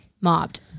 mobbed